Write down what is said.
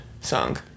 song